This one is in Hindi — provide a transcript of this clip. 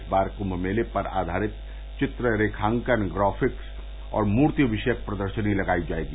इस बार कुंभ पर आधारित चित्र रेखांकन ग्राफिक्स और मूर्ति विशयक प्रदर्षनी लगाई जायेंगी